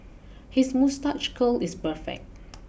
his moustache curl is perfect